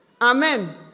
Amen